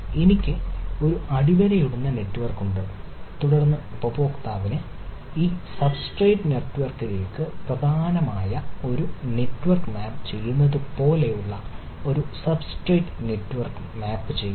എനിക്ക് ഒരു അടിവരയിടുന്ന നെറ്റ്വർക്ക് ഉണ്ട് തുടർന്ന് ഉപയോക്താവിന് ഈ സബ്സ്ട്രേറ്റ് നെറ്റ്വർക്കിലേക്ക് പ്രധാനമായ ഒരു വെർച്വൽ നെറ്റ്വർക്ക് മാപ്പ് ചെയ്യുന്നതെങ്ങനെയെന്നതുപോലുള്ള ഒരു സബ്സ്ട്രേറ്റ് നെറ്റ്വർക്ക് മാപ്പ് ചെയ്യുന്നു